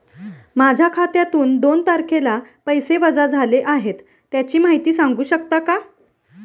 माझ्या खात्यातून दोन तारखेला पैसे वजा झाले आहेत त्याची माहिती सांगू शकता का?